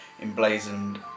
emblazoned